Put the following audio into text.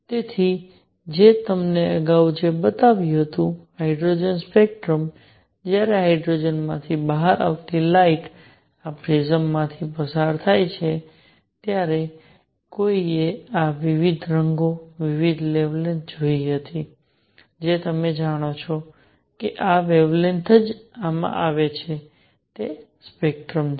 તેથી મેં તમને અગાઉ જે બતાવ્યું હતું હાઇડ્રોજન સ્પેક્ટ્રમ જ્યારે હાઇડ્રોજનમાંથી બહાર આવતી લાઇટ આ પ્રિઝમમાંથી પસાર થાય ત્યારે કોઈએ આ વિવિધ રંગો વિવિધ વેવલેન્થ જોઈ હતી જે તમે જાણો છો કે આ વેવલેન્થ જ આમાં આવે છે તે સ્પેક્ટ્રમ છે